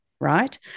right